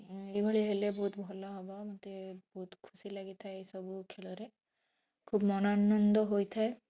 ଉଁ ଏ ଭଳି ହେଲେ ବହୁତ ଭଲ ହବ ମୋତେ ବହୁତ ଖୁସି ଲାଗିଥାଏ ଏଇ ସବୁ ଖେଳରେ ଖୁବ୍ ମନ ଆନନ୍ଦ ହୋଇଥାଏ